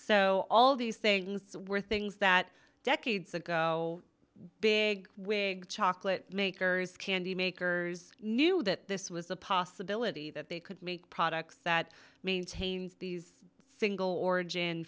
so all these things were things that decades ago big wigs chocolate makers candy makers knew that this was a possibility that they could make products that maintains these single origin